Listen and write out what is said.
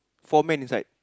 four men inside